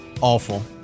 awful